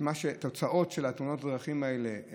אנחנו רואים את התוצאות של תאונות הדרכים האלה,